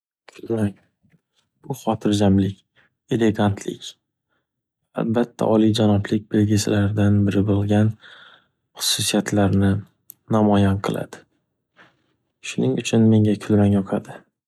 Kulrang, bu xotirjamlik, elegantlik va albatta oliyjanoblik belgisilaridan biri bo'lgan xususiyatlarni namoyon qiladi. Shuning uchun menga kulrang yoqadi.